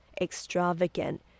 extravagant